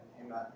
Amen